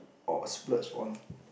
or splurged on